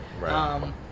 Right